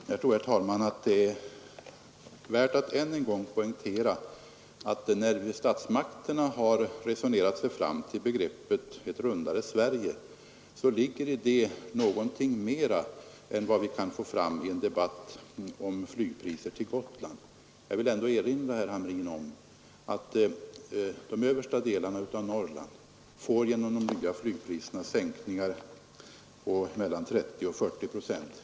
Herr talman! Jag tror, herr talman, att det är värt att än en gång poängtera att statsmakterna, när de resonerat sig fram till begreppet ”ett rundare Sverige”, däri lagt in någonting mera än vad vi kan få fram i en debatt om flygpriserna till Gotland. Jag vill erinra herr Hamrin om att de översta delarna av Norrland genom de nya flygpriserna får sänkningar på mellan 30 och 40 procent.